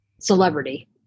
celebrity